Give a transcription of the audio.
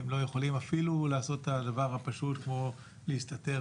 הם לא יכולים אפילו לעשות את הדבר הפשוט כמו להסתתר,